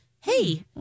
hey